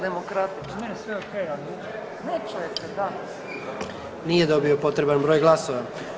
Nije dobio potreban broj glasova.